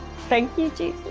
thank you, jesus